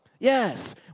Yes